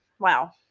Wow